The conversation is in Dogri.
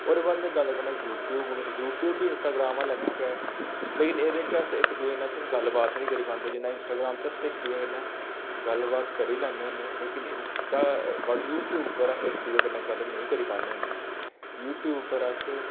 ओह्दे बाद अऊं गल्ल करना यूट्यूब दी यूट्यूब बी इंस्टाग्राम आह्ला लेखा गै पर एह्दे च अस इक दूऐ नै सिर्फ गल्ल बात निं करी पांदे जि'यां इंस्टाग्राम च अस इक दूए कन्नै गल्ल बात करी लैने होन्ने लेकिन इंस्टा पर यूट्यूब उप्पर अस इक दूए नै गल्ल बात नेईं करी पान्ने होन्ने यूट्यूब पर अस